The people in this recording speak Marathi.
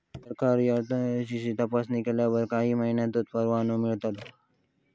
सरकारी अधिकाऱ्यांची तपासणी केल्यावर काही महिन्यांतच परवानो मिळतलो